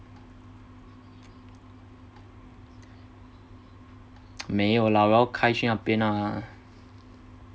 没有啦我要去那边啊